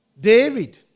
David